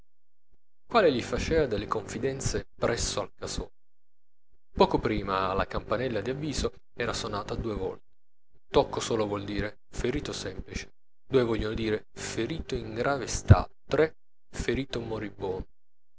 vecchietto il quale gli faceva delle confidenze presso al casotto poco prima la campanella di avviso era sonata due volte un tocco solo vuol dire ferito semplice due vogliono dire ferito in grave stato tre ferito moribondo